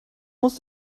muss